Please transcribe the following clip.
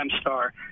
star